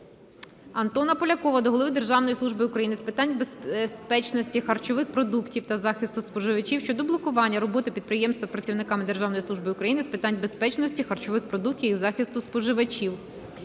Антона Полякова до голови Державної служби України з питань безпечності харчових продуктів та захисту споживачів щодо блокування роботи підприємства працівниками Державної служби України з питань безпечності харчових продуктів і захисту споживачів.